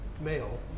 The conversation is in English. male